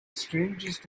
strangest